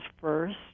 first